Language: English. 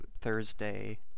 thursday